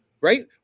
right